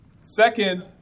Second